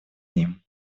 ним